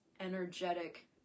energetic